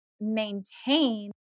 maintain